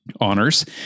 honors